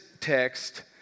text